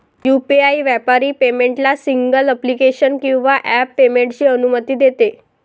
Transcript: UPI व्यापारी पेमेंटला single application किंवा ॲप पेमेंटची अनुमती देते